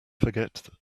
forget